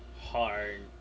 hard